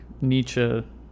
Nietzsche